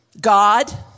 God